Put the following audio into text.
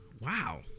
Wow